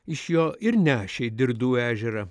iš jo ir nešė į dirdų ežerą